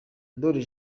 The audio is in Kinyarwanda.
ndori